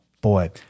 boy